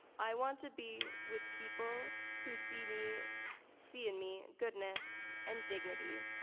i want to be with people who see me see in me goodness and dignity,